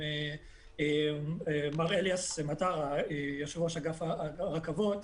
מר אליאס מטר יושב-ראש אגף הרכבות,